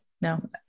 No